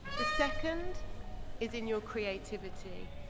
the second is in your creativity.